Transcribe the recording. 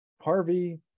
harvey